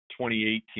2018